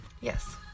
yes